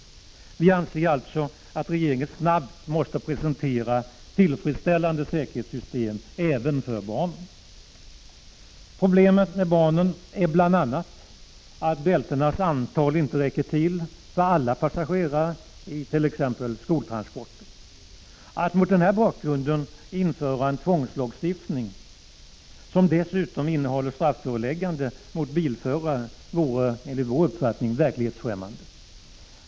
Vi anser alltså att regeringen snabbt måste presentera tillfredsställande säkerhetssystem även för barnen. Problemet med barnen är bl.a. att bältenas antal inte räcker till för alla passagerare vid t.ex. skoltransporter. Att mot denna bakgrund införa en tvångslagstiftning, som dessutom innehåller strafföreläggande mot bilförare, vore enligt vår uppfattning verklighetsfrämmande.